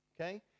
Okay